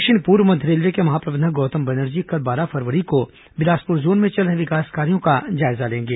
दक्षिण पूर्व मध्य रेलवे के महाप्रबंधक गौतम बनर्जी कल बारह फरवरी को बिलासपूर जोन में चल रहे विकास कार्यों का जायजा लेंगे